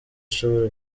ishobora